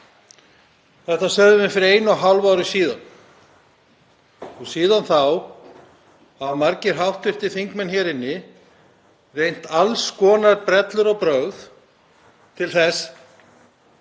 Þetta sögðum við fyrir einu og hálfu ári síðan. Síðan þá hafa margir hv. þingmenn hér inni reynt alls konar brellur og brögð til þess